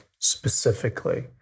specifically